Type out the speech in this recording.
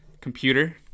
computer